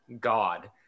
god